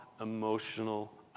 emotional